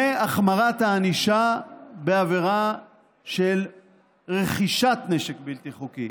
והחמרת הענישה בעבירה של רכישת נשק בלתי חוקי.